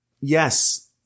yes